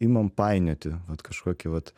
imam painioti vat kažkokį vat